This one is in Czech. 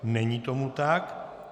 Není tomu tak.